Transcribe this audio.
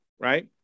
right